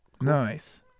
Nice